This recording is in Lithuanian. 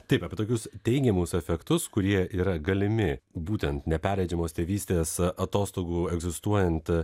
taip apie tokius teigiamus efektus kurie yra galimi būtent neperleidžiamos tėvystės atostogų egzistuojant